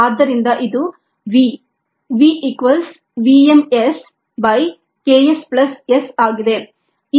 ಆದ್ದರಿಂದ ಇದು v v equals v m S by K s plus S ಆಗಿದೆ